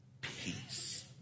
peace